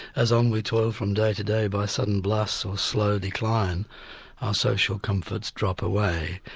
as on we toil from day to day by sudden blasts or slow decline our social comforts drop away,